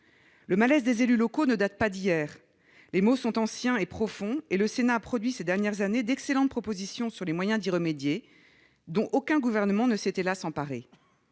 Le malaise des élus locaux ne date pas d'hier. Les maux sont anciens et profonds, et le Sénat a produit, ces dernières années, d'excellentes propositions sur les moyens d'y remédier, dont aucun gouvernement ne s'est, hélas, emparé.